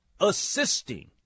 assisting